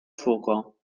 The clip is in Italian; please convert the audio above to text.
fuoco